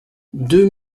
deux